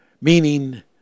meaning